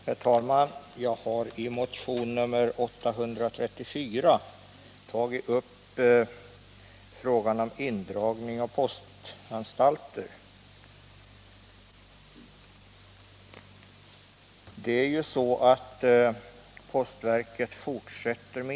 Herr talman! Jag har i motionen 834 tagit upp frågan om indragning av postanstalter.